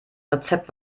rezept